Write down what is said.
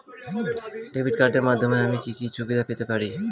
Debit কার্ডের মাধ্যমে আমি কি কি সুবিধা পেতে পারি?